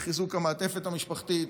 חיזוק המעטפת המשפחתית,